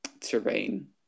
terrain